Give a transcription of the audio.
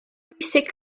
bwysig